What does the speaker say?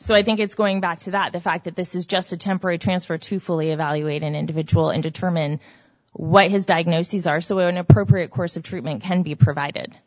so i think it's going back to that the fact that this is just a temporary transfer to fully evaluate an individual and determine what his diagnoses are so an appropriate course of treatment can be provided